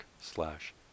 slash